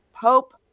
Pope